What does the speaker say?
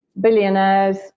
Billionaires